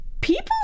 people